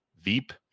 Veep